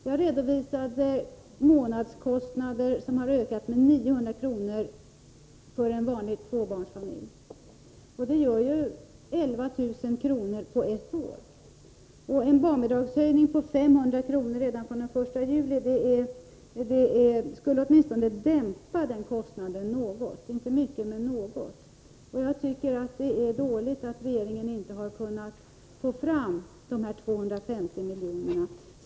Jag har tidigare här redogjort för barnfamiljernas månadskostnader. För en vanlig tvåbarnsfamilj har de ökat med 900 kr. Det innebär en merkostnad på 11 000 kr. på ett år. En höjning av barnbidraget med 500 kr. redan fr.o.m. den 1 juli skulle åtminstone få en dämpande effekt. Det är inte mycket man åstadkommer med detta, men det är åtminstone något. Jag tycker att det är dåligt att regeringen inte har kunnat få fram de 250 miljonerna.